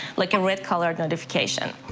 like a red coloured notification.